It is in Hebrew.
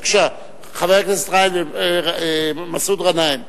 בבקשה, חבר הכנסת מסעוד גנאים,